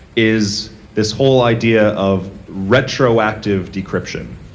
is this whole idea of retroactive decryption.